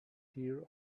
here